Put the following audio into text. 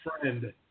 friend